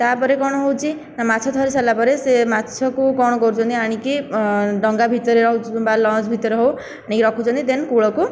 ତାପରେ କ'ଣ ହେଉଛି ନା ମାଛ ଧରି ସାରିଲା ପରେ ସେ ମାଛକୁ କ'ଣ କରୁଛନ୍ତି ଆଣିକି ଡଙ୍ଗା ଭିତରେ ହେଉ କି ବା ଲଂଜ ଭିତରେ ହେଉ ରଖୁଛନ୍ତି ଦେନ କୂଳକୁ